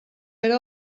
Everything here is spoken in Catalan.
era